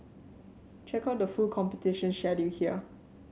check out the full competition schedule here